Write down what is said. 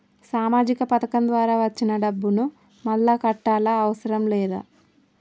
సామాజిక పథకం ద్వారా వచ్చిన డబ్బును మళ్ళా కట్టాలా అవసరం లేదా?